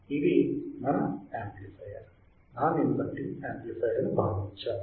ఇది మన amplifier non inverting amplifier అని భావించాము